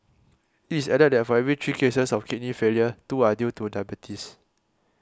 it added that for every three cases of kidney failure two are due to diabetes